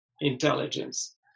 intelligence